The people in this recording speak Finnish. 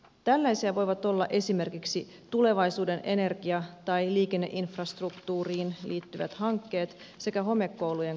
tällaisia voivat olla esimerkiksi tulevaisuuden energia tai liikenneinfrastruktuuriin liittyvät hankkeet sekä homekoulujen korjaukset